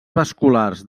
vasculars